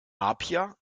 apia